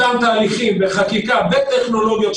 אותם תהליכים וחקיקה וטכנולוגיות,